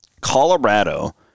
Colorado